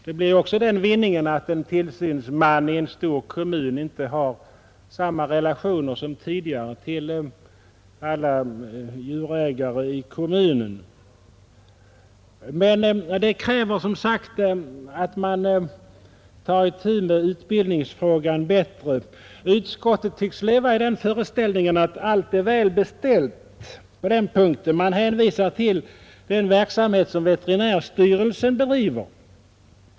Det blir också den vinningen att en tillsynsman i en stor kommun inte har samma relationer som tidigare till djurägare i kommunen. Men det kräver som sagt att man tar itu med utbildningsfrågan bättre. Utskottet tycks leva i den föreställningen att allt är väl beställt på den punkten. Man hänvisar till den verksamhet som veterinärstyrelsen bedriver.